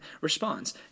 responds